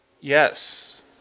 Yes